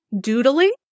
Doodling